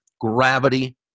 gravity